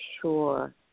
Sure